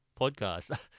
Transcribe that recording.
podcast